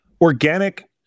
organic